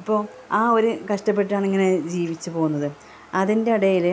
ഇപ്പോൾ ആ ഒരു കഷ്ടപ്പെട്ടാണ് ഇങ്ങനെ ജീവിച്ച് പോകുന്നത് അതിൻ്റെ ഇടയിൽ